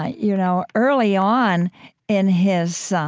ah you know early on in his